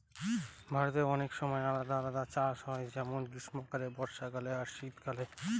ভারতে অনেক সময় আলাদা আলাদা চাষ হয় যেমন গ্রীস্মকালে, বর্ষাকালে আর শীত কালে